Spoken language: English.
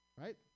right